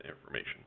information